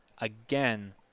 again